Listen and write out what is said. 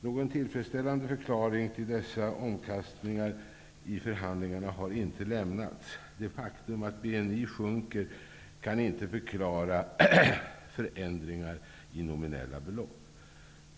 Någon tillfredsställande förklaring till dessa omkastningar i förhandlingarna har inte lämnats. Det faktum att BNI sjunker, kan inte förklara förändringar i nominella belopp.